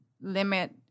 limit